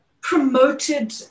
promoted